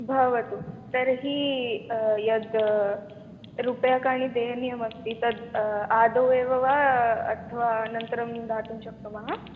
भवतु तर्हि यद् रूप्यकाणि देयनियमस्ति तद् आदौ एव वा अथ्वा अनन्तरं दातुं शक्नुमः